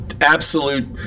absolute